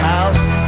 House